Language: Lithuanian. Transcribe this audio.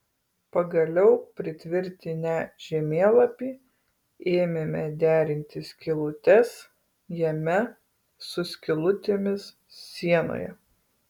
pagaliau pritvirtinę žemėlapį ėmėme derinti skylutes jame su skylutėmis sienoje